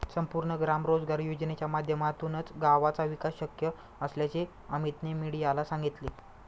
संपूर्ण ग्राम रोजगार योजनेच्या माध्यमातूनच गावाचा विकास शक्य असल्याचे अमीतने मीडियाला सांगितले